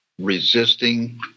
resisting